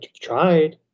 tried